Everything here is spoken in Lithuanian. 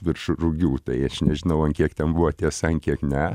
virš rugių tai aš nežinau an kiek ten buvo tiesa kiek ne